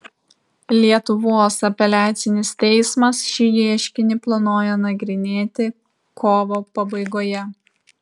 lietuvos apeliacinis teismas šį ieškinį planuoja nagrinėti kovo pabaigoje